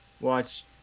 watch